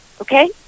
okay